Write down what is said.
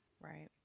Right